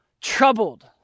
troubled